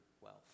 wealth